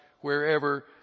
wherever